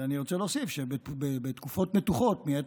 ואני רוצה להוסיף שבתקופות מתוחות מעת